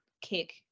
kick